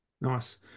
Nice